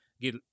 get